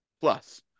plus